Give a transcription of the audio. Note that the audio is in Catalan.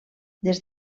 des